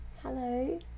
Hello